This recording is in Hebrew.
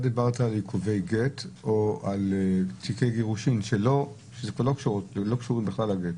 אתה דיברת על עיכובי גט או על תיקי גירושין שלא קשורים בכלל לגט?